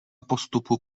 postupu